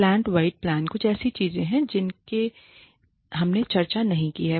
plant wide plan कुछ ऐसी चीजें हैं जिनकी हमने चर्चा नहीं की है